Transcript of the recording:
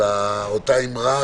על אותה אמרה